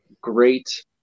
great